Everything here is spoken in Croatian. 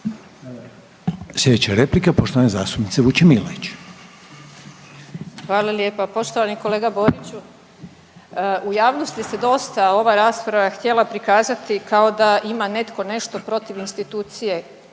Sljedeća replika poštovane zastupnice Vučemilović. **Vučemilović, Vesna (DP)** Hvala lijepa. Poštovani kolega Boriću, u javnosti se dosta ova rasprava htjela prikazati kao da ima netko nešto protiv institucije,